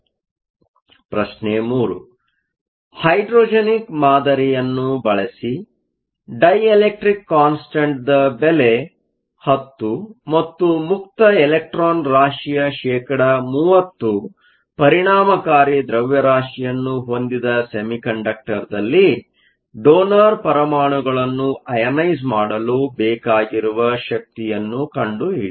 ಪ್ರಶ್ನೆ 3 ಹೈಡ್ರೋಜೆನಿಕ್ ಮಾದರಿಯನ್ನು ಬಳಸಿ ಡೈಎಲೆಕ್ಟ್ರಿಕ್ ಕಾನ್ಸ್ಟೆಂಟ್ ದ ಬೆಲೆ 10 ಮತ್ತು ಮುಕ್ತ ಎಲೆಕ್ಟ್ರಾನ್ ರಾಶಿಯ ಶೇಕಡ 30 ಪರಿಮಾಣಕಾರಿ ದ್ರವ್ಯರಾಶಿಯನ್ನು ಹೊಂದಿದ ಸೆಮಿಕಂಡಕ್ಟರ್ದಲ್ಲಿ ಡೋನರ್ ಪರಮಾಣಗುಳನ್ನು ಅಯನೈಸ಼್ ಮಾಡಲು ಬೇಕಾಗಿರುವ ಶಕ್ತಿಯನ್ನು ಕಂಡುಹಿಡಿಯಿರಿ